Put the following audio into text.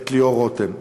ליאור רותם.